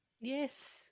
Yes